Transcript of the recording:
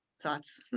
thoughts